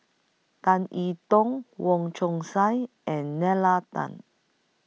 Tan I Tong Wong Chong Sai and Nalla Tan